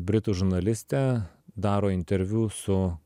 britų žurnalistė daro interviu su